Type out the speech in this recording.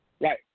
Right